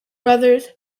brothers